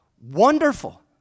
Wonderful